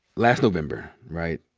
last november, right?